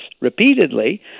repeatedly